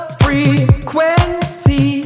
frequency